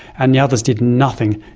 and the others did nothing,